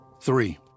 Three